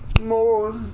more